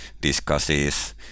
discusses